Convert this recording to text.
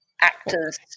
actors